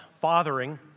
fathering